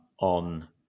on